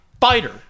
fighter